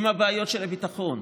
עם בעיות הביטחון,